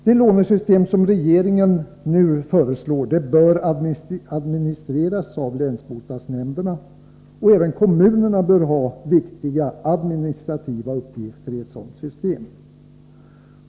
Det lånesystem som regeringen nu föreslår bör administreras av länsbostadsnämnderna, och även kommunerna bör ha viktiga administrativa uppgifter i ett sådant system.